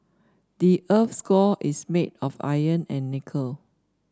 the earth's core is made of iron and nickel